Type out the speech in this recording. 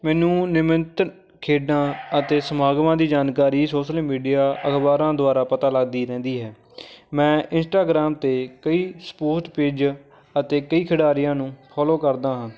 ਮੈਨੂੰ ਨਿਮੰਤਰ ਖੇਡਾਂ ਅਤੇ ਸਮਾਗਮਾਂ ਦੀ ਜਾਣਕਾਰੀ ਸੋਸ਼ਲ ਮੀਡੀਆ ਅਖਬਾਰਾਂ ਦੁਆਰਾ ਪਤਾ ਲੱਗਦੀ ਰਹਿੰਦੀ ਹੈ ਮੈਂ ਇੰਸਟਾਗ੍ਰਾਮ 'ਤੇ ਕਈ ਸਪੋਰਟਸ ਪੇਜ ਅਤੇ ਕਈ ਖਿਡਾਰੀਆਂ ਨੂੰ ਫੋਲੋ ਕਰਦਾ ਹਾਂ